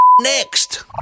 next